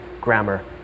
grammar